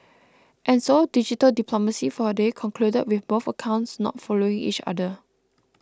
and so digital diplomacy for a day concluded with both accounts not following each other